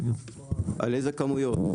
על איזה כמויות?